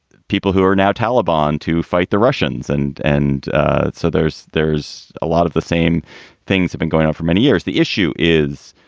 people who are now taliban to fight the russians. and so so there's there's a lot of the same things have been going on for many years. the issue is.